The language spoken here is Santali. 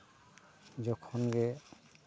ᱡᱚᱠᱷᱚᱱ ᱜᱮ